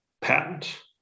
patent